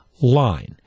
Line